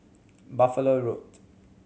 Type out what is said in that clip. Buffalo Road